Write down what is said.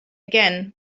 again